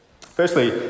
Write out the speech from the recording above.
Firstly